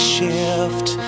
shift